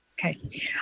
Okay